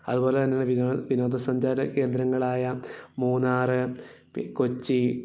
അതുപോലെ തന്നെ വിനോദ വിനോദസഞ്ചാര കേന്ദ്രങ്ങളായ മൂന്നാർ പിന്നെ കൊച്ചി